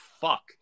fuck